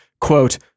quote